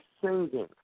singing